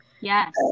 Yes